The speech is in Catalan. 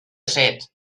set